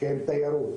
שהם תיירות,